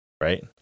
right